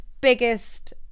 biggest